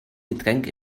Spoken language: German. getränk